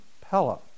Pella